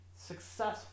successful